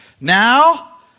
Now